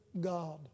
God